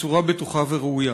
בצורה בטוחה וראויה.